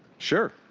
sure.